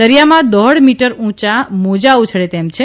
દરિયામાં દોઢ મીટર ઉંચા મોજાં ઉછળે તેમ છે